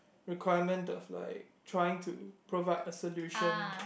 requirement of like trying to provide a solution